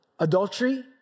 Adultery